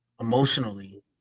emotionally